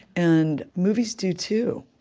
and movies do too